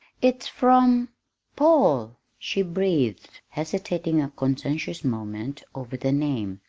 it's from paul! she breathed, hesitating a conscientious moment over the name.